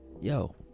Yo